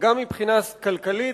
גם מבחינה כלכלית,